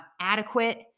adequate